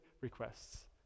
requests